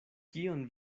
kion